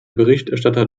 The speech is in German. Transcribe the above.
berichterstatter